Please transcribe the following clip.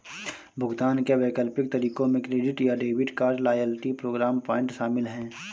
भुगतान के वैकल्पिक तरीकों में क्रेडिट या debit card, loyalty programme point शामिल है